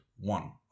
One